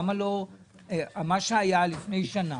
למה לא מה שהיה לפני שנה,